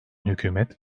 hükümet